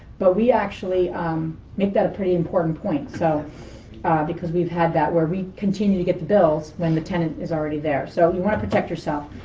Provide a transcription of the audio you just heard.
but we actually make that a pretty important point so because we've had that, where we continue to get the bills when the tenant is already there. so you want to protect yourself.